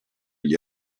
gli